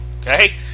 okay